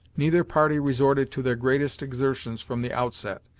neither party resorted to their greatest exertions from the outset,